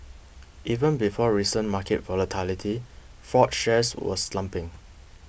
even before recent market volatility Ford's shares were slumping